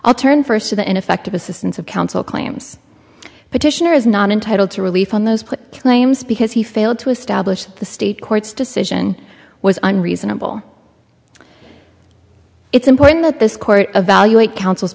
i'll turn first to the ineffective assistance of counsel claims petitioner is not entitled to relief on those put claims because he failed to establish the state court's decision was on reasonable it's important that this court evaluate counsel's